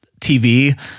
TV